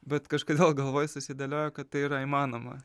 bet kažkodėl galvoj susidėliojo kad tai yra įmanoma